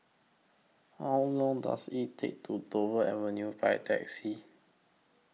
How Long Does IT Take to Dover Avenue By Taxi